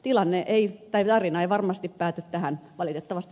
tarina ei varmasti pääty tähän valitettavasti